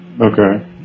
Okay